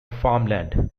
farmland